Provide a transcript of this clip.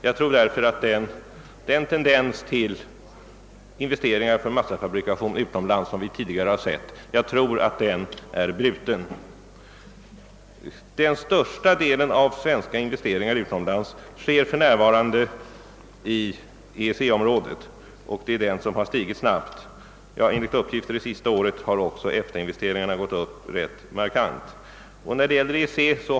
Jag tror därför att den tendens till investeringar i massafabrikation utomlands som vi tidigare sett är bruten. De flesta svenska utomlandsinvesteringarna sker för närvarande inom EEC-området. Enligt uppgift har också EFTA-investeringarna ökat rätt markant under det senaste året.